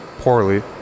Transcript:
poorly